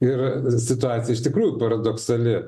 ir situacija iš tikrųjų paradoksali